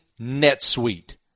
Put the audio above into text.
NetSuite